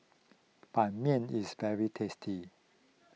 Ban Mian is very tasty